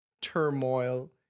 turmoil